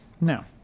Now